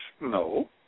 No